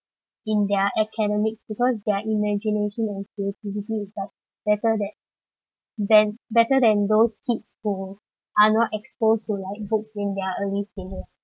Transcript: in their academics because their imagination and creativity is better than than better than those kids who are not exposed to like books in their early stages